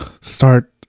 start